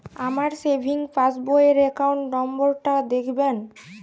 আমার সেভিংস পাসবই র অ্যাকাউন্ট নাম্বার টা দেখাবেন?